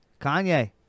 Kanye